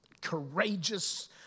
courageous